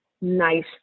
nice